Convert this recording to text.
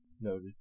Noted